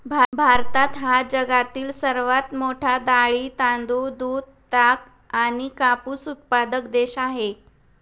भारत हा जगातील सर्वात मोठा डाळी, तांदूळ, दूध, ताग आणि कापूस उत्पादक देश आहे